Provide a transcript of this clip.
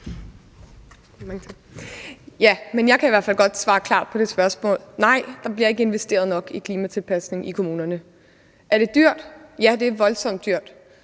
hvert fald godt svare klart på det spørgsmål: Nej, der bliver ikke investeret nok i klimatilpasning i kommunerne. Er det dyrt? Ja, det er voldsomt dyrt.